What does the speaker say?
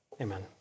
Amen